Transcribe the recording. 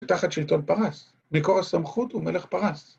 תחת שלטון פרס. מקור הסמכות הוא מלך פרס.